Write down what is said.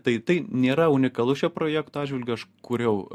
tai tai nėra unikalu šio projekto atžvilgiu aš kūriau